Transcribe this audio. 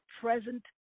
present